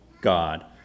God